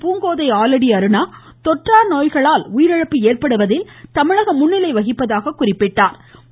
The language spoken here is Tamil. பூங்கோதை ஆலடி அருணா தொற்றா நோய்களால் உயிரிழப்பு ஏற்படுவதில் தமிழகம் முன்னிலை வகிக்கிறது என்றார்